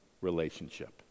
relationship